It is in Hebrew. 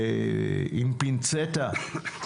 פינצטה.